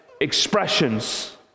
expressions